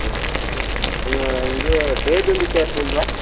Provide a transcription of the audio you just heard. ஆ இது இது பெரிய நெல்லிக்காய் இருக்குங்களா